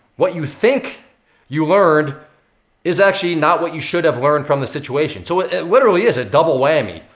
what you think you learned is actually not what you should have learned from the situation. so it literally is a double whammy.